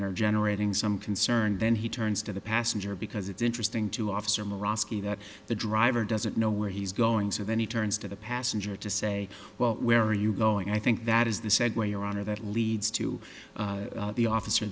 and are generating some concern then he turns to the passenger because it's interesting to officer murawski that the driver doesn't know where he's going so then he turns to the passenger to say well where are you going i think that is the said way around or that leads to the officer